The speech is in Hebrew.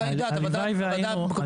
אלא היא יודעת הוועדה המקומית פועלת.